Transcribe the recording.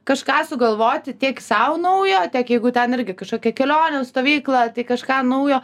kažką sugalvoti tiek sau naujo tiek jeigu ten irgi kažkokią kelionę stovyklą kažką naujo